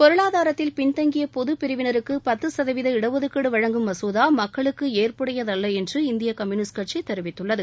பொருளாதரத்தில் பின்தங்கிய பொதுப்பிரிவினருக்கு பத்து சதவீத இடஒதுக்கீடு வழங்கும் மசோதா மக்களுக்கு ஏற்புடையதல்ல என்று இந்திய கம்யுனிஸ்ட் கட்சி தெரிவித்துள்ளது